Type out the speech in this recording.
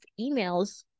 emails